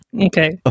Okay